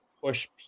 push